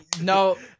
No